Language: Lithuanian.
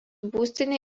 būstinė